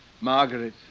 Margaret